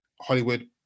Hollywood